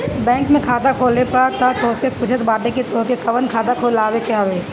bank में खाता खोले आए पअ उ तोहसे पूछत बाटे की तोहके कवन खाता खोलवावे के हवे